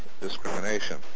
discrimination